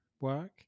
work